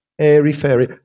airy-fairy